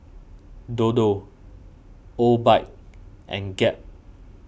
Dodo Obike and Gap